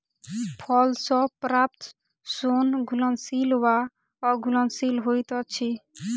फल सॅ प्राप्त सोन घुलनशील वा अघुलनशील होइत अछि